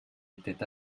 était